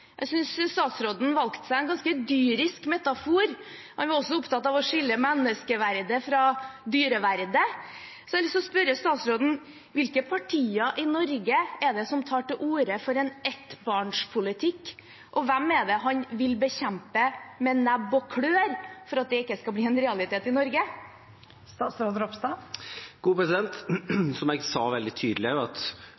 Jeg synes statsråden valgte seg en ganske dyrisk metafor. Han var også opptatt av å skille menneskeverdet fra dyreverdet. Jeg har lyst til å spørre statsråden: Hvilke partier i Norge er det som tar til orde for en ettbarnspolitikk, og hvem er det han vil bekjempe med nebb og klør for at det ikke skal bli en realitet i Norge?